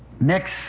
next